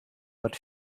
but